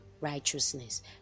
righteousness